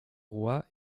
roi